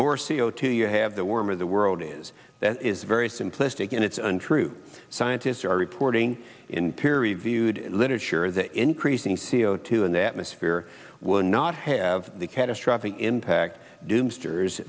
more c o two you have the warmer the world is that is very simplistic and it's untrue scientists are reporting in theory viewed literature the increasing c o two in the atmosphere will not have the catastrophic impact doom